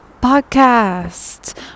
Podcast